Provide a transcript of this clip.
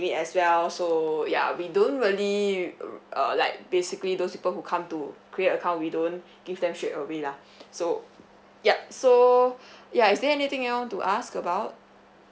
limit as well so ya we don't really err uh like basically those people who come to create account we don't give them straight away lah so yup so ya is there anything else to ask about